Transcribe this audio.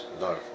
No